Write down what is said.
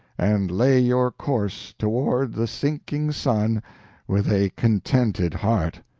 and lay your course toward the sinking sun with a contented heart